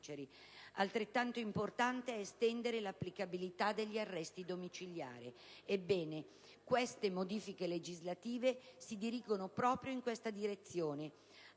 Altrettanto importante è estendere l'applicabilità degli arresti domiciliari. Ebbene, le odierne modifiche legislative si dirigono proprio nelle direzioni